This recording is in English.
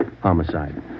Homicide